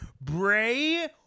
Bray